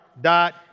Dot